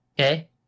Okay